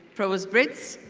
provost britz.